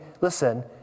listen